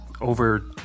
over